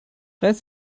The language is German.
reiß